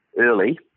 early